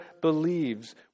believes